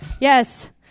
Yes